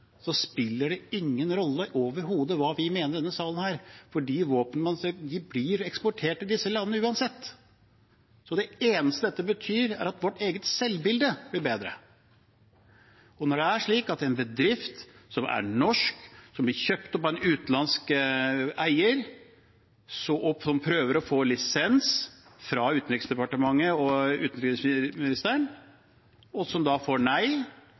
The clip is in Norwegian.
spiller det ingen rolle overhodet hva vi mener i denne salen. De våpnene blir eksportert til disse landene uansett. Det eneste dette betyr, er at vårt eget selvbilde blir bedre. Når en bedrift som er norsk, blir kjøpt opp av en utenlandsk eier som prøver å få lisens fra Utenriksdepartementet og utenriksministeren, og da får nei,